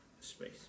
space